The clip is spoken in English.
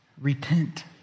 repent